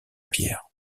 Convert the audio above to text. pierre